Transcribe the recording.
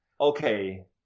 okay